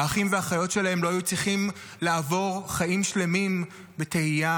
האחים והאחיות שלהם לא היו צריכים לעבור חיים שלמים בתהייה